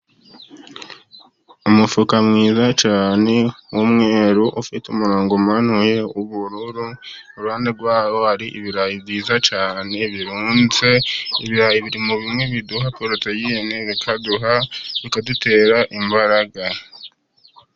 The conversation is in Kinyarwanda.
Umufuka mwiza cyane w'umweru ufite umurongo umanuye w'ubururu, iruhande rwawo hari ibirayi byiza cyane birunze, ibirayi biri mu bimwe biduha poroteyine, bikaduha, bikadutera imbaraga.